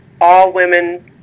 all-women